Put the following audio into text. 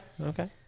okay